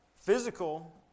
physical